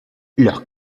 leurs